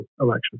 election